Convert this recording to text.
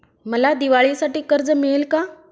मला दिवाळीसाठी कर्ज मिळेल का?